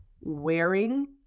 wearing